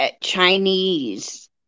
Chinese